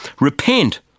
Repent